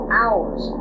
hours